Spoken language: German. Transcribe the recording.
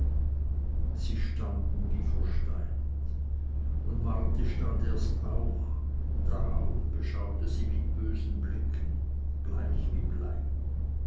sie standen wie versteinert und marti stand erst auch da und beschaute sie mit bösen blicken bleich wie blei